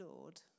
Lord